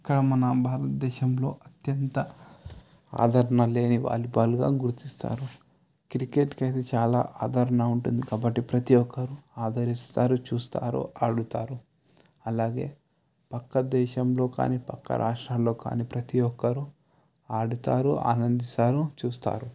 ఇక్కడ మన భారతదేశంలో అత్యంత ఆదరణ లేని వాలీబాల్గా గుర్తిస్తారు క్రికెట్కి అయితే చాలా ఆదరణ ఉంటుంది కాబట్టి ప్రతి ఒక్కరు ఆదరిస్తారు చూస్తారు ఆడుతారు అలాగే పక్క దేశంలో కానీ పక్క రాష్ట్రంలో కానీ ప్రతి ఒక్కరు ఆడుతారు ఆనందిస్తారు చూస్తారు